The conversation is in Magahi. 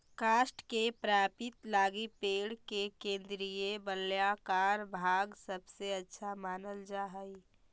काष्ठ के प्राप्ति लगी पेड़ के केन्द्रीय वलयाकार भाग सबसे अच्छा मानल जा हई